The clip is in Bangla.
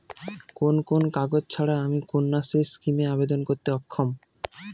কোন কোন কাগজ ছাড়া আমি কন্যাশ্রী স্কিমে আবেদন করতে অক্ষম?